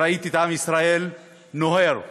וראיתי את עם ישראל נוהר במאות,